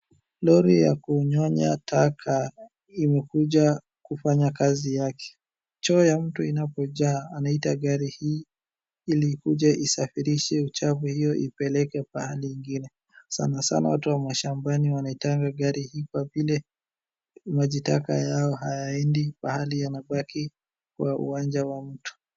Lori ya kunyonya taka imekuja kufanya kazi yake, choo ya mtu inapojaa, anaita gari hii ili ikuje isafirishe uchafu hiyo ipeleke pahali ingine, sanasana watu wa mashambani wanaitanga gari hii kwa vile, maji taka yao haiendi mahali yanabaki kwa wanja wa mtu.